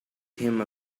him